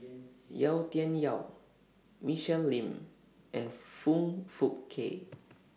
Yau Tian Yau Michelle Lim and Foong Fook Kay